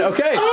Okay